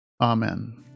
Amen